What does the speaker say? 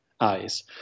eyes